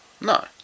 No